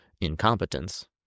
incompetence